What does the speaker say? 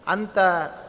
Anta